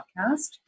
podcast